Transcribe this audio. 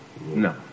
no